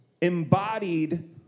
embodied